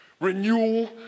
renewal